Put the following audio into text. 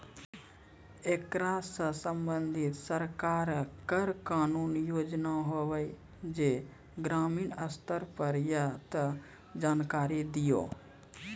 ऐकरा सऽ संबंधित सरकारक कूनू योजना होवे जे ग्रामीण स्तर पर ये तऽ जानकारी दियो?